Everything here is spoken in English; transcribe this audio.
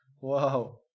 Wow